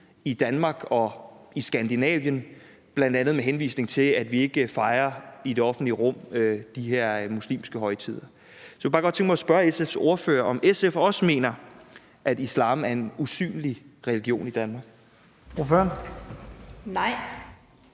i Danmark og i Skandinavien. Det har han bl.a. sagt med henvisning til, at vi ikke i det offentlige rum fejrer de her muslimske højtider. Jeg kunne bare godt tænke mig at spørge SF's ordfører, om SF også mener, at islam er en usynlig religion i Danmark.